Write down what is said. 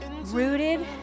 rooted